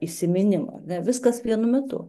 įsiminimą ar ne viskas vienu metu